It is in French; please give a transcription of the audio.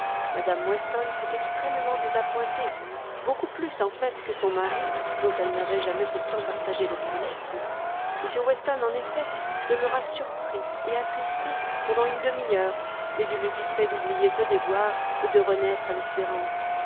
mme weston fut extrêmement désappointée beaucoup plus en fait que son mari dont elle n'avait jamais pourtant partagé l'optimisme m weston en effet demeura surpris et attristé pendant une demi-heure mais il eut vite fait d'oublier ce déboire et de renaître à l'espérance